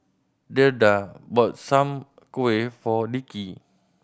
Dedra bought Soon Kuih for Dickie